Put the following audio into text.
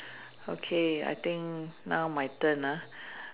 okay I think now my turn ah